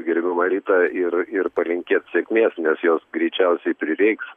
gerbiamą ritą ir ir palinkėt sėkmės nes jos greičiausiai prireiks